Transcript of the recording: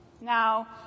Now